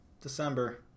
December